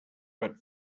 but